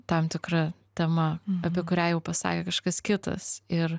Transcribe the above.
tam tikra tema apie kurią jau pasakė kažkas kitas ir